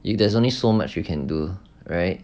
if there's only so much you can do right